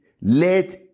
Let